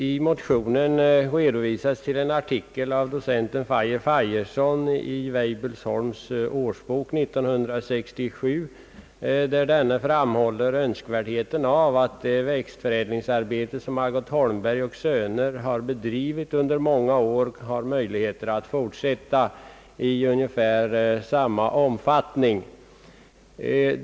I motionen hänvisas till en artikel av docent Fajer Fajersson i Weibullsholms årsbok 1967, där denne framhåller önskvärdheten av att det växtförädlingsarbete, som Algot Holmberg & Söner AB bedrivit under många år, får möjlighet att fortsätta i ungefär samma omfattning som tidigare.